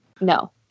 No